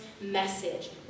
message